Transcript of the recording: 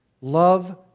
love